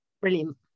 brilliant